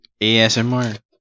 ASMR